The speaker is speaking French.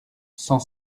cent